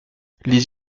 les